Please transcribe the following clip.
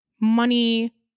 money